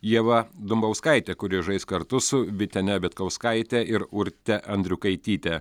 ieva dumbauskaitė kuri žais kartu su vytene vitkauskaite ir urte andriukaityte